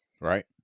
Right